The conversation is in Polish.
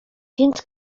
więc